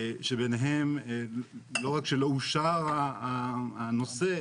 שביניהם לא רק שלא אושר הנושא,